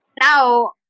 Now